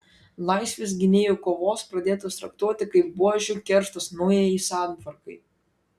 laisvės gynėjų kovos pradėtos traktuoti kaip buožių kerštas naujajai santvarkai